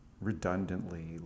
redundantly